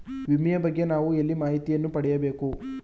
ವಿಮೆಯ ಬಗ್ಗೆ ನಾವು ಎಲ್ಲಿ ಮಾಹಿತಿಯನ್ನು ಪಡೆಯಬೇಕು?